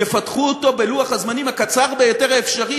יפתחו אותו בלוח הזמנים הקצר ביותר האפשרי,